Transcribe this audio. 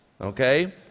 okay